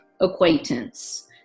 acquaintance